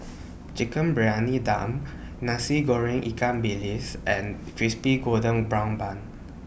Chicken Briyani Dum Nasi Goreng Ikan Bilis and Crispy Golden Brown Bun